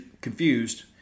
confused